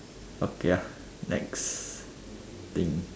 okay lah next thing